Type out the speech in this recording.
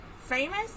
Famous